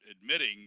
admitting